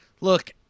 look